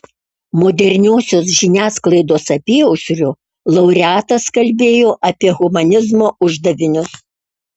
moderniosios žiniasklaidos apyaušriu laureatas kalbėjo apie humanizmo uždavinius